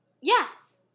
Yes